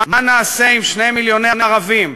מה נעשה עם 2 מיליוני ערבים,